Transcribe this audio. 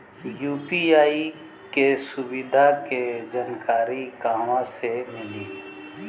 UPI के सुविधा के जानकारी कहवा से मिली?